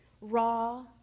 raw